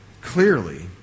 clearly